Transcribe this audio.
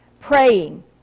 praying